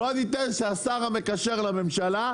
בוא ניתן שהשר המקשר לממשלה,